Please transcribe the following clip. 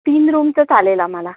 तीन रूमचं चालेल आम्हाला